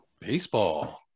baseball